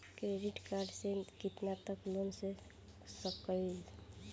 Credit card से कितना तक लोन ले सकईल?